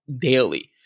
daily